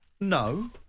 No